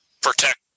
protect